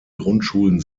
grundschulen